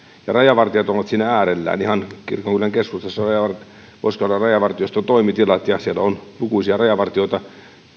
ja rajavartijat ovat siinä äärellään ihan kirkonkylän keskustassa on pohjois karjalan rajavartioston toimitilat ja siellä on lukuisia rajavartijoita